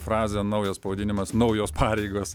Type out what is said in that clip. frazė naujas pavadinimas naujos pareigos